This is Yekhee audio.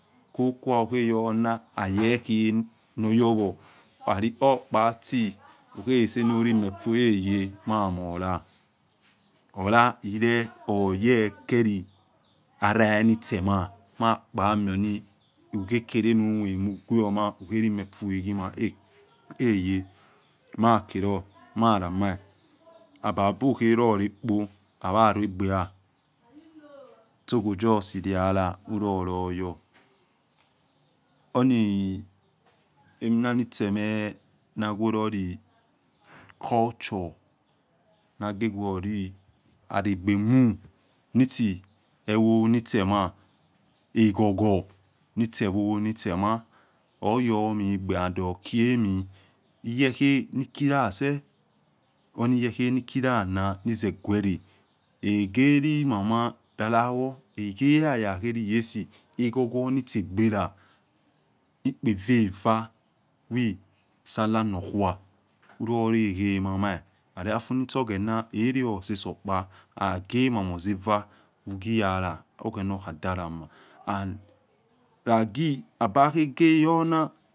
Kokua hukhoyohona ayekhe emayowo okpa itsi hukhelesanurimefue aye mamula ola ue oyekela, arai nitse mah mahkpa mioni hugekelenumienuguamah hukherimiefueh gimah eyei makelor malamai ababakhekhrorekpo alaluegbeha tsokho justi lihalahiloloyo, onaminianitseme na warow culture, nage waroliaregbomu nitsi evo nitsemah aghogho nitse evo nitse mah huyomogbo and hukhei mie iyekhei nikila self ono iyelehei nikilana nize guero egelimamah lala wa hekhe yaya lasi aghogho nitse egbola ekpe evova we sallan nokua hololekhomahmah laloafunitso oghena erioleso okpa aghe mahmah ezeva ughiola oghena okhadalamah and abakhegeyona.